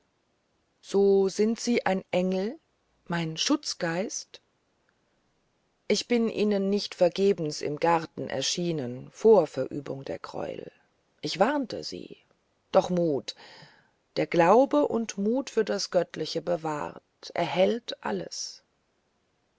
so sind sie ein engel mein schutzgeist ich bin ihnen nicht vergebens im garten erschienen vor verübung der greuel ich warnte sie doch mut wer glauben und mut für das göttliche bewahrt behält alles